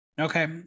Okay